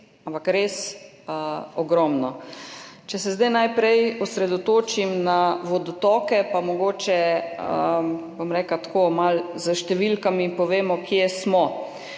res ogromno. Če se zdaj najprej osredotočim na vodotoke, pa mogoče bom rekla tako, malo s številkami povemo, kje smo.